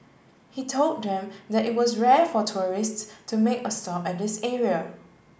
he told them that it was rare for tourists to make a stop at this area